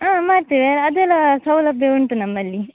ಹಾಂ ಮಾಡ್ತೇವೆ ಅದೆಲ್ಲ ಸೌಲಭ್ಯ ಉಂಟು ನಮ್ಮಲ್ಲಿ